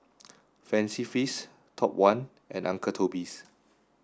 Fancy Feast Top One and Uncle Toby's